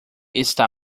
está